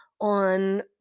on